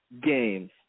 games